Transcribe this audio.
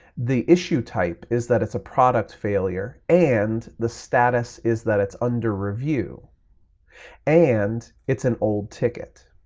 the issue type is that it's a product failure, and the status is that it's under review and it's an old ticket.